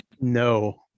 no